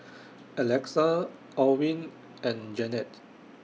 Alexa Allyn and Janette